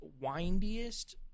windiest